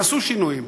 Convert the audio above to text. נעשו שינויים.